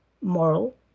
moral